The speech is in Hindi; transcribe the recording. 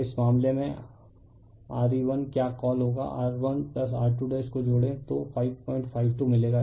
तो इस मामले में RE1 क्या कॉल होगा R1R2 को जोड़े तो 552 मिलेगा